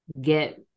get